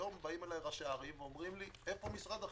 היום באים אליי ראשי הערם ואומרים לי: איפה משרד החינוך?